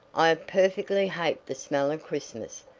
i perfectly hate the smell of christmas.